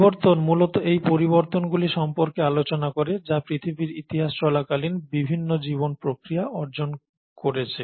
বিবর্তন মূলত এই পরিবর্তনগুলি সম্পর্কে আলোচনা করে যা পৃথিবীর ইতিহাস চলাকালীন বিভিন্ন জীবন প্রক্রিয়া অর্জন করেছে